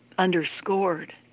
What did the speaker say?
underscored